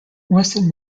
western